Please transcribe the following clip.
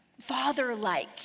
father-like